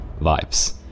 vibes